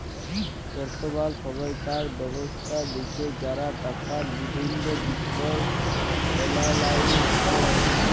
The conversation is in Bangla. বর্তমাল সময়কার ব্যবস্থা দ্যাখে যারা টাকার বিভিল্ল্য বিষয় এলালাইজ ক্যরে